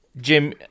Jim